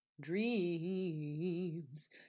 Dreams